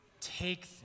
take